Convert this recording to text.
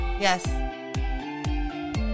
Yes